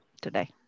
today